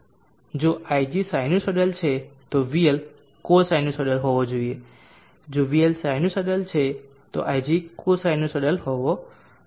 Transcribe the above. જો ig sinusoidal છે તો Vl કોસિન્યુસાઇડલ હોવો જોઈએ જો Vl સાઇનુસાઇડલ છે ig કોસિન્યુસાઇડલ હોવું જોઈએ